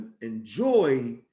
enjoy